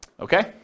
Okay